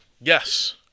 yes